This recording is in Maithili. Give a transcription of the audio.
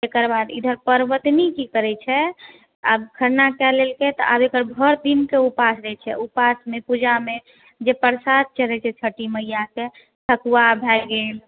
एकरबाद ईधर परवतनी की करै छै आब खरना कए लेलकै त आब एकर भरि दिन के ऊपास रहै छै ऊपास मे पूजा मे जे परसाद चढ़ै छै छठि मैया के ठकुआ भए गेल